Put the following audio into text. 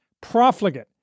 profligate